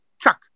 Chuck